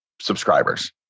subscribers